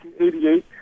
1988